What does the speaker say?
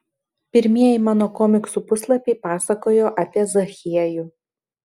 pirmieji mano komiksų puslapiai pasakojo apie zachiejų